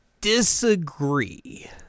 disagree